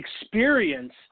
experience